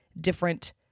different